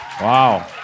Wow